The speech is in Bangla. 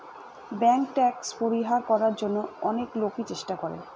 ব্যাঙ্ক ট্যাক্স পরিহার করার জন্য অনেক লোকই চেষ্টা করে